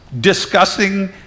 discussing